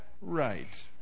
right